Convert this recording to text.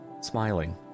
smiling